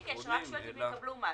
אני רק שואלת אם הם יקבלו משהו,